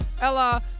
ella